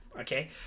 Okay